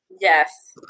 yes